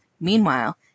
Meanwhile